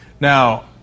Now